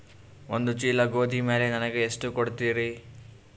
ಒಂದ ಚೀಲ ಗೋಧಿ ಮ್ಯಾಲ ನನಗ ಎಷ್ಟ ಕೊಡತೀರಿ?